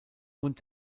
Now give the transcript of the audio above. und